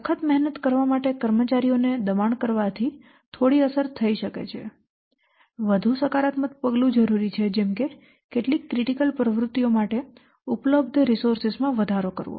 સખત મહેનત કરવા માટે કર્મચારીઓને દબાણ કરવાથી થોડી અસર થઈ શકે છે વધુ સકારાત્મક પગલું જરૂરી છે જેમ કે કેટલીક ક્રિટિકલ પ્રવૃત્તિ માટે ઉપલબ્ધ રિસોર્સસ માં વધારો કરવો